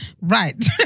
Right